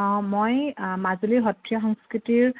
অঁ মই মাজুলীৰ সত্ৰীয়া সংস্কৃতিৰ